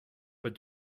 but